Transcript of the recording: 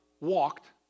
walked